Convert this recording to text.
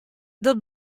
dat